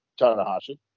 Tanahashi